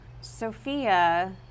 Sophia